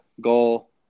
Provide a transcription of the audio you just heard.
Goal